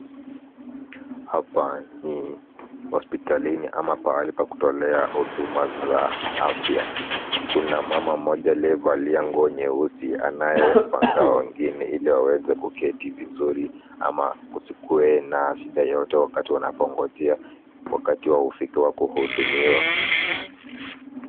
Hapa ni hospitalini ama pahali pa kutolea huduma za afya. Kuna mama moja aliyevalia nguo nyeusi anayepanga wengine ili waweze kuketi vizuri ama kusikue na shida yoyote wakati wanapongojea wakati wao ufike wa kuhudumiwa.